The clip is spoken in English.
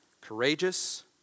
courageous